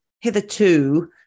hitherto